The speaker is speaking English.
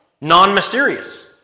non-mysterious